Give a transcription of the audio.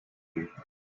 you